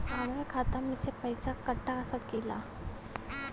हमरे खाता में से पैसा कटा सकी ला?